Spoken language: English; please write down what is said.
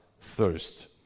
thirst